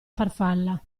farfalla